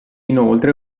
inoltre